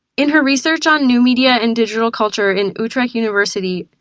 in her research on new media and digital culture in utrecht university,